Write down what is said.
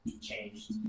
changed